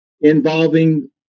involving